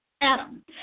Adam